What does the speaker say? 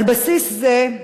על בסיס זה,